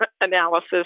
analysis